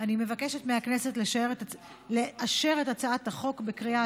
אני מבקשת מהכנסת לאשר את הצעת החוק בקריאה